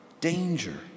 danger